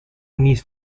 نیست